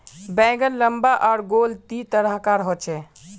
बैंगन लम्बा आर गोल दी तरह कार होचे